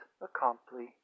accompli